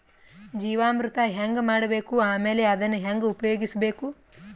ಜೀವಾಮೃತ ಹೆಂಗ ಮಾಡಬೇಕು ಆಮೇಲೆ ಅದನ್ನ ಹೆಂಗ ಉಪಯೋಗಿಸಬೇಕು?